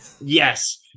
Yes